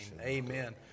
amen